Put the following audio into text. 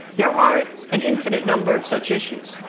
there aren't an infinite number of such issues.